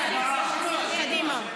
הצבעה.